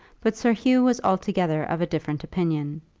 but sir hugh was altogether of a different opinion.